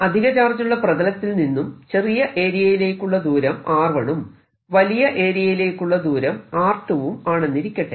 അധിക ചാർജുള്ള പ്രതലത്തിൽ നിന്നും ചെറിയ ഏരിയയിലേക്കുള്ള ദൂരം r1 ഉം വലിയ ഏരിയയിലേക്കുള്ള ദൂരം r2 ഉം ആണെന്നിരിക്കട്ടെ